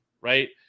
right